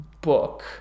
book